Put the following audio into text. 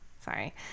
Sorry